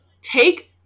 take